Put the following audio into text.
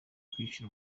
ukwica